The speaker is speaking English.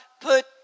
put